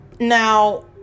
Now